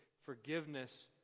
forgiveness